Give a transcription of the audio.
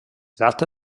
tratta